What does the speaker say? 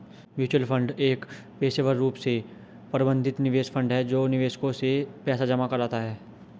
mutual fund एक पेशेवर रूप से प्रबंधित निवेश फंड है जो निवेशकों से पैसा जमा कराता है